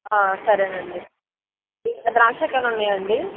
సరేనండి ద్రాక్షా కాయలున్నాయా అండి